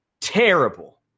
terrible